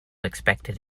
expected